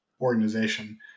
organization